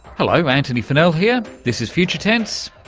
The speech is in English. hello antony funnell here, this is future tense,